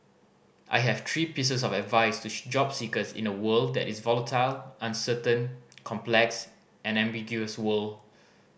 I have three pieces of advice to job seekers in a world that is volatile uncertain complex and ambiguous world